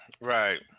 Right